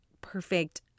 perfect